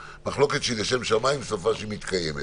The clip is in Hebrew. מחלוקת שהיא לשם שמים, סופה שהיא מתקיימת.